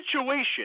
situation